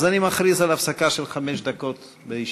אז אני מכריז על הפסקה של חמש דקות בישיבה.